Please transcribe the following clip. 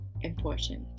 important